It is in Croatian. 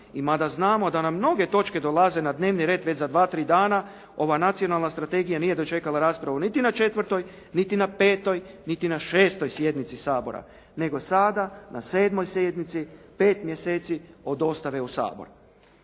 I mada znamo da nam mnoge točke dolaze na dnevni red već za dva, tri dana, ova Nacionalna strategija nije dočekala raspravu niti na 4., niti na 5., niti na 6. sjednici Sabora, nego sada na 7. sjednici, pet mjeseci od dostave u Sabor.